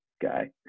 guy